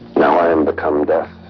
now i am become death,